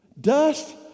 Dust